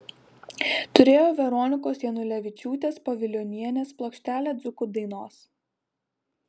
turėjo veronikos janulevičiūtės povilionienės plokštelę dzūkų dainos